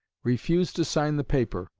refused to sign the paper,